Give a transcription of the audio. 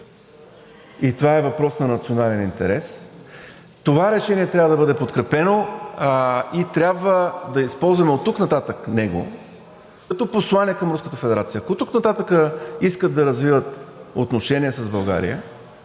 и това е въпрос на национален интерес. Това решение трябва да бъде подкрепено и трябва да използваме оттук нататък него като послание към Руската федерация. Ако оттук нататък искат да развиват отношения с България,